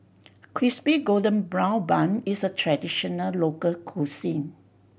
Crispy Golden Brown Bun is a traditional local cuisine